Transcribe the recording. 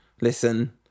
listen